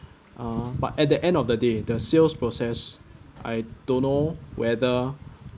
uh but at the end of the day the sales process I don't know whether